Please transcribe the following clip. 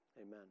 Amen